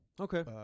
Okay